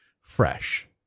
fresh